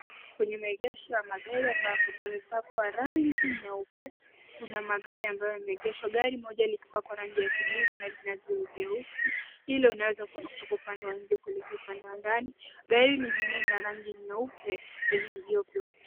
Kwenye maegesho ya magari ambapo pamepakwa rangi nyeupe kuna magari ambayo yameegeshwa gari moja likipakwa rangi ya kijivu na lina vioo vyeusi ile unaweza kuona kutoka pande wa nje kuliko upande wa ndani. Gari lingine lina rangi nyeupe lenye vioo vyeupe.